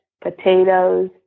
potatoes